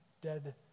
dead